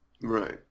Right